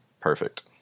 perfect